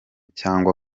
cyangwa